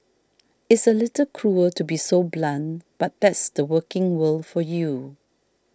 it's a little cruel to be so blunt but that's the working world for you